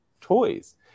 toys